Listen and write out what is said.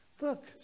look